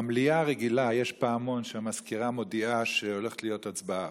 במליאה הרגילה יש פעמון שאיתו המזכירה מודיעה שהולכת להיות הצבעה.